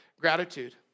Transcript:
gratitude